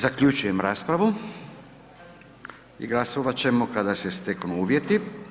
Zaključujem raspravu i glasovati ćemo kada se steknu uvjeti.